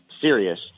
serious